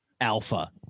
Alpha